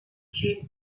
came